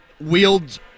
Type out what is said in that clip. wields